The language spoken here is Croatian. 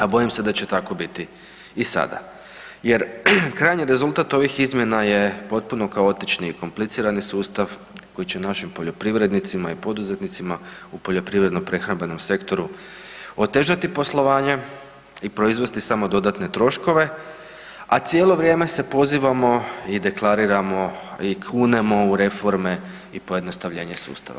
A bojim se da će tako biti i sada jer krajnji rezultat ovih izmjena je potpuno kaotični i komplicirani sustav koji će našim poljoprivrednicima i poduzetnicima u poljoprivredno-prehrambenom sektoru otežati poslovanje i proizvesti samo dodatne troškove, a cijelo vrijeme se pozivamo i deklariramo i kunemo u reforme i pojednostavljenje sustava.